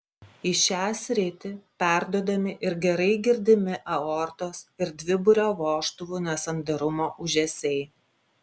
į šią sritį perduodami ir gerai girdimi aortos ir dviburio vožtuvų nesandarumo ūžesiai